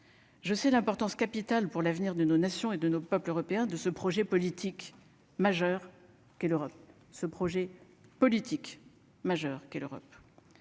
je sais l'importance capitale pour l'avenir de nos nations et de nos peuples européens de ce projet politique majeur l'Europe